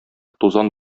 тузан